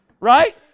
Right